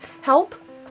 Help